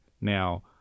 now